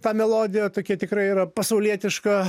ta melodija tokia tikrai yra pasaulietiška